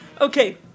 Okay